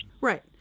right